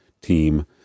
team